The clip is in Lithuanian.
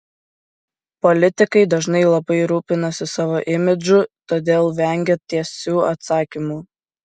politikai dažnai labai rūpinasi savo imidžu todėl vengia tiesių atsakymų